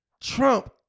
Trump